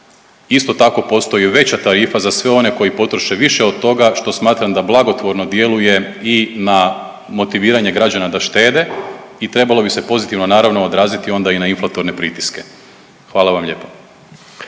Isto tako postoji veća tarifa za sve one koji potroše više od toga što smatram da blagotvorno djeluje i na motiviranje građana da štede i trebalo bi se pozitivno naravno odraziti onda i na inflatorne pritiske. Hvala vam lijepa.